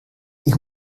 ich